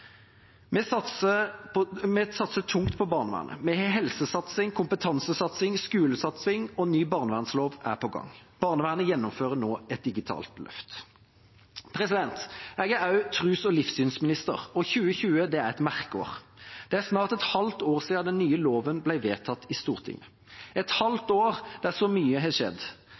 Vi satser tungt på barnevernet. Vi har helsesatsing, kompetansesatsing og skolesatsing, og ny barnevernslov er på gang. Barnevernet gjennomfører nå et digitalt løft. Jeg er også tros- og livssynsminister, og 2020 er et merkeår. Det er snart et halvt år siden den nye loven ble vedtatt i Stortinget, et halvt år da så mye har skjedd.